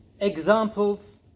examples